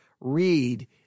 read